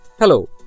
Hello